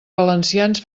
valencians